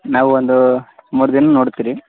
ನಾವೊಂದು ಮೂರು ದಿನ ನೋಡ್ತಿರಿ